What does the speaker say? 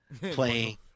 playing